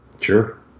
Sure